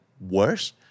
worse